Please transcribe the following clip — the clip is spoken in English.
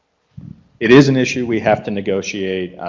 it is an issue we have to negotiate.